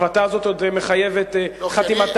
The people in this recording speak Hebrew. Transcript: ההחלטה הזאת עוד מחייבת את חתימתם,